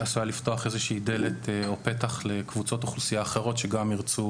איזושהי דלת או פתח לקבוצות אוכלוסייה אחרות שגם ירצו